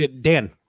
Dan